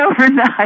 overnight